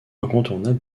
incontournable